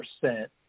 percent